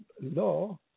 law